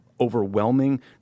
overwhelming